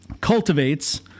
cultivates